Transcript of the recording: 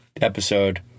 episode